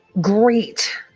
great